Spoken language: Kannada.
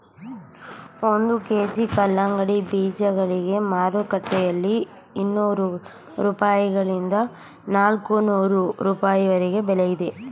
ಒಂದು ಕೆ.ಜಿ ಕಲ್ಲಂಗಡಿ ಬೀಜಗಳಿಗೆ ಮಾರುಕಟ್ಟೆಯಲ್ಲಿ ಇನ್ನೂರು ರೂಪಾಯಿಗಳಿಂದ ನಾಲ್ಕನೂರು ರೂಪಾಯಿವರೆಗೆ ಬೆಲೆ ಇದೆ